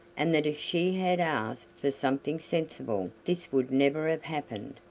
and that if she had asked for something sensible this would never have happened,